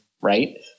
right